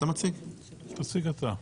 תציג אתה.